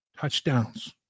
touchdowns